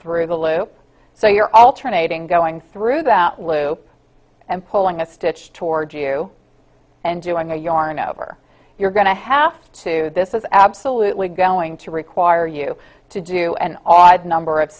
through the loop so you're alternating going through that loop and pulling a stitch toward you and doing a yarn over you're going to have to this is absolutely going to require you to do an odd number of